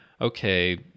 okay